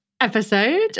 episode